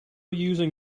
using